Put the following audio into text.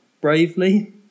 bravely